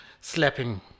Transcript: slapping